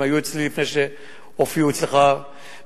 הם היו אצלי לפני שהופיעו אצלך בוועדה,